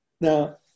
Now